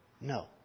no